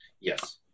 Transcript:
Yes